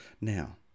now